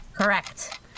Correct